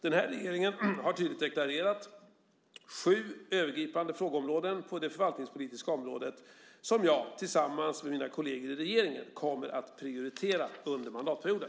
Den här regeringen har tydligt deklarerat sju övergripande frågeområden på det förvaltningspolitiska området som jag, tillsammans med mina kolleger i regeringen, kommer att prioritera under mandatperioden.